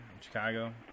chicago